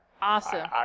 awesome